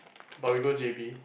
but we go j_b